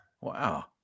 Wow